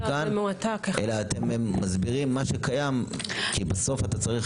האירופאית כאן אלא מסבירים מה שקיים כי בסוף אתה צריך,